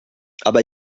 aber